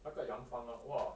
那个洋房 hor !wah!